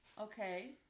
Okay